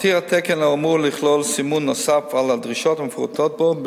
התקן האמור מתיר לכלול סימון נוסף על הדרישות המפורטות בו,